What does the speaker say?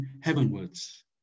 heavenwards